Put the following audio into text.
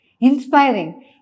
Inspiring